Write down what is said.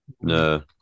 no